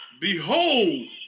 behold